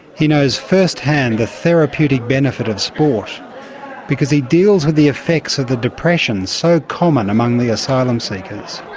he knows first-hand the therapeutic benefit of sport because he deals with the effects of the depression so common among the asylum seekers.